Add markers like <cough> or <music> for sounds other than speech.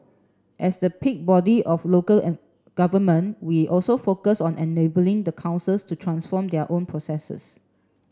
as the peak body of local <unintelligible> government we also focused on enabling the councils to transform their own processes